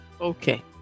Okay